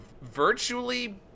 virtually